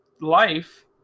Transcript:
life